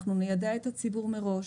ניידע את הציבור מראש.